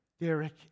Derek